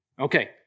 Okay